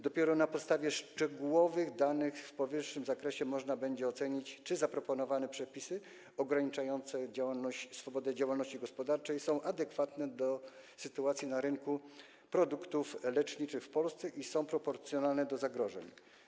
Dopiero na podstawie szczegółowych danych w powyższym zakresie można będzie ocenić, czy zaproponowane przepisy ograniczające swobodę działalności gospodarczej są adekwatne do sytuacji na rynku produktów leczniczych w Polsce i czy są proporcjonalne do zagrożeń.